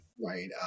right